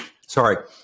sorry